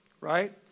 right